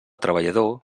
treballador